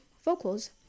vocals